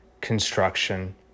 construction